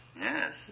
yes